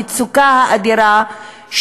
המצוקה האדירה,